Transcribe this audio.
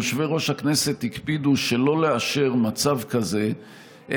יושבי-ראש הכנסת הקפידו שלא לאשר מצב כזה,